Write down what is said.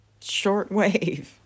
shortwave